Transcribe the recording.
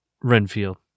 Renfield